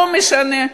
לא משנה.